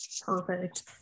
Perfect